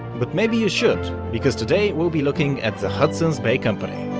but maybe you should, because today we'll be looking at the hudson's bay company.